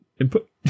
input